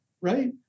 right